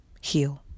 heal